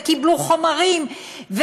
קיבלו חומרים,